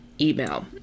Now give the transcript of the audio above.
email